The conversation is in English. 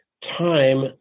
time